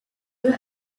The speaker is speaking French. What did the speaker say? eux